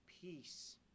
peace